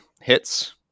hits